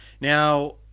Now